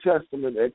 Testament